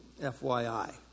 FYI